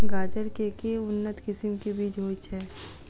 गाजर केँ के उन्नत किसिम केँ बीज होइ छैय?